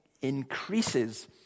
increases